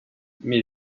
mais